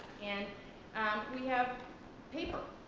and we have paper